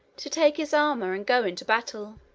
to take his armor and go into battle.